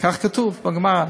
כך כתוב בגמרא.